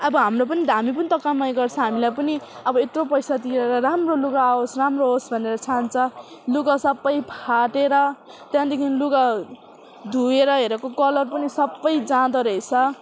अब हाम्रो पनि त हामी पनि त कमाई गर्छ हामीलाई पनि अब यत्रो पैसा तिरेर राम्रो लुगा आओस् राम्रो होस् भनेर चाहन्छ लुगा सबै फाटेर त्यहाँदेखि लुगा धोएर हेरेको कलर पनि सबै जाँदो रहेछ